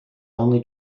only